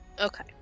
Okay